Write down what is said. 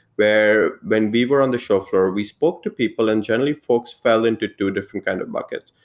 where when we were on the show floor, we spoke to people and generally folks fell into two different kind of bucket.